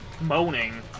moaning